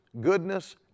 goodness